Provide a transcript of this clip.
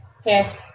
Okay